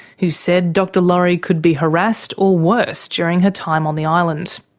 who said dr laurie could be harassed or worse during her time on the island.